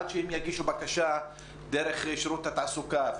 עד שהם יגישו בקשה דרך שרות התעסוקה,